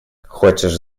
хочешь